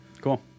cool